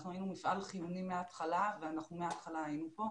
אנחנו היינו מפעל חיוני מהתחלה ואנחנו מהתחלה היינו פה.